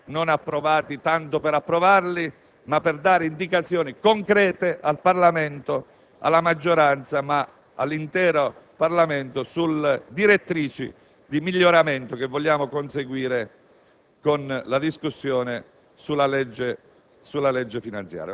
Si tratta di ordini del giorno non formali, non approvati tanto per approvarli, ma per dare indicazioni concrete alla maggioranza e all'intero Parlamento sulle direttrici di miglioramento che vogliamo conseguire